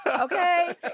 Okay